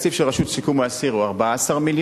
התקציב של הרשות לשיקום האסיר הוא 14 מיליון.